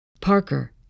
Parker